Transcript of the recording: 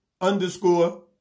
underscore